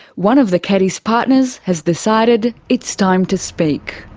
one of the keddies partners has decided it's time to speak.